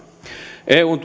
eun